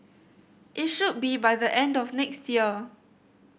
it should be by the end of next year